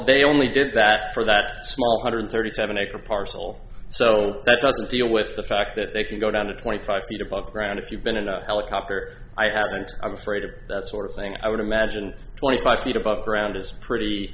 they only did that for that small one hundred and thirty seven acre parcel so that doesn't deal with the fact that they can go down to twenty five feet above ground if you've been in a helicopter i haven't i'm afraid of that sort of thing i would imagine twenty five feet above ground is pretty